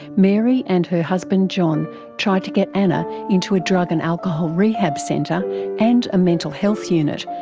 mary and her husband john tried to get anna into a drug and alcohol rehab centre and a mental health unit,